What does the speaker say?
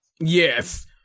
yes